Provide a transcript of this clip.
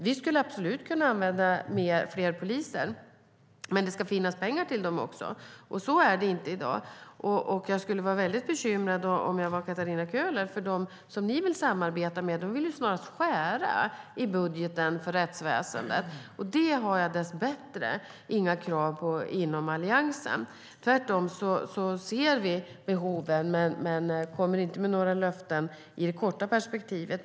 Vi skulle absolut ha användning för fler poliser, men det ska också finnas pengar till dem, och så är det inte i dag. Om jag vore Katarina Köhler skulle jag vara väldigt bekymrad för dem som Socialdemokraterna vill samarbeta med. Dessa vill snarast skära i budgeten för rättsväsendet, och det finns det dess bättre inga krav på inom Alliansen. Vi ser behoven, men kommer inte med några löften i det korta perspektivet.